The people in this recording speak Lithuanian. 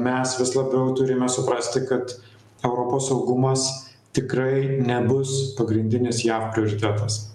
mes vis labiau turime suprasti kad europos saugumas tikrai nebus pagrindinis jav prioritetas